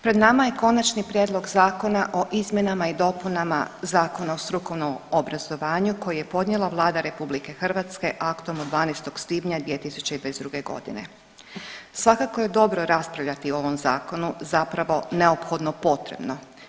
Pred nama je Konačni prijedlog Zakona o izmjenama i dopunama Zakona o strukovnom obrazovanju koji je podnijela Vlada RH aktom od 12. svibnja 2022.g. Svakako je dobro raspravljati o ovom zakonu zapravo neophodno potrebno.